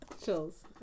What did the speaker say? Chills